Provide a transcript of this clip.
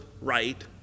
right